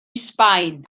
sbaen